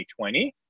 2020